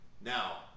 Now